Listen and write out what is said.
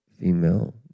female